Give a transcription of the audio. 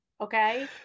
Okay